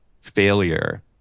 failure